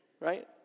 Right